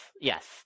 yes